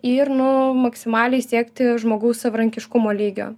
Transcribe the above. ir nu maksimaliai siekti žmogaus savarankiškumo lygio